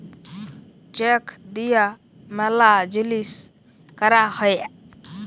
check দিয়া ম্যালা জিলিস ক্যরা হ্যয়ে